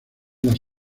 las